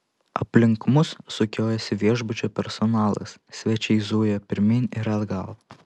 aplink mus sukiojosi viešbučio personalas svečiai zujo pirmyn ir atgal